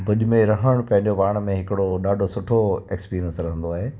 भुज में रहण पंहिंजो पाण में हिकिड़ो ॾाढो सुठो एक्स्पीरियंस रहंदो आहे